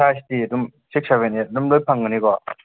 ꯁꯥꯏꯁꯖꯇꯤ ꯑꯗꯨꯝ ꯁꯤꯛꯁ ꯁꯕꯦꯟ ꯑꯩꯠ ꯑꯗꯨꯝ ꯂꯣꯏ ꯐꯪꯒꯅꯤꯀꯣ